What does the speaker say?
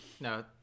no